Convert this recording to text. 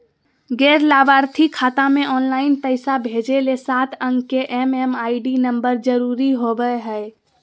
गैर लाभार्थी खाता मे ऑनलाइन पैसा भेजे ले सात अंक के एम.एम.आई.डी नम्बर जरूरी होबय हय